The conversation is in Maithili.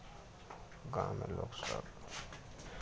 गाममे लोकसभ